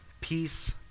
Peace